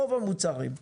רוב המוצרים.